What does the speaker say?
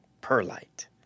Perlite